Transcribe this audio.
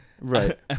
right